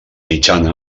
mitjana